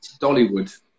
Dollywood